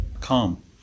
Calm